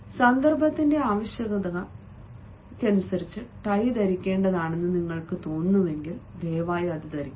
സന്ദർഭത്തിന്റെ ആവശ്യകത ടൈ ധരിക്കേണ്ടതാണെന്ന് നിങ്ങൾക്ക് തോന്നുന്നുവെങ്കിൽ ദയവായി അത് ധരിക്കുക